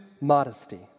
modesty